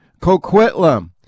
coquitlam